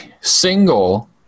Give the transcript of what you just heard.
single